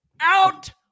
Out